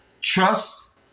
trust